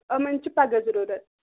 یِمَن چھُ پَگاہ ضروٗرَت